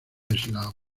eslavo